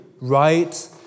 right